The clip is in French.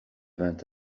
vint